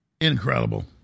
Incredible